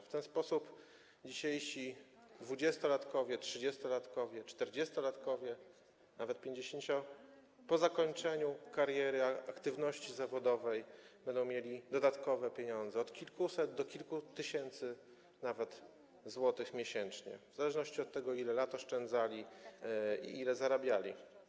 W ten sposób dzisiejsi dwudziestolatkowie, trzydziestolatkowie, czterdziestolatkowie, a nawet pięćdziesięciolatkowie po zakończeniu kariery, aktywności zawodowej będą mieli dodatkowe pieniądze, od kilkuset złotych do nawet kilku tysięcy złotych miesięcznie, w zależności od tego, ile lat oszczędzali i ile zarabiali.